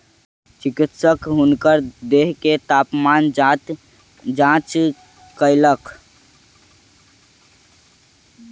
चिकित्सक हुनकर देह के तापमान जांच कयलक